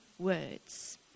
words